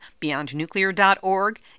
beyondnuclear.org